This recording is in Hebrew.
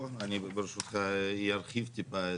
פה אני ברשותך ארחיב טיפה.